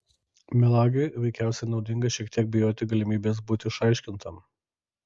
melagiui veikiausiai naudinga šiek tiek bijoti galimybės būti išaiškintam